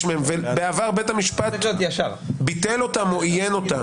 מהם ובעבר בית המשפט ביטל אותם או איין אותם,